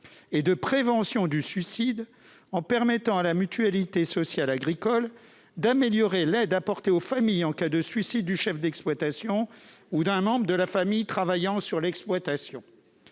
et de prévention du suicide, en permettant à la Mutualité sociale agricole (MSA) d'améliorer l'aide apportée aux familles en cas de suicide du chef d'exploitation ou d'un membre de la famille travaillant sur l'exploitation.